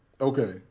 Okay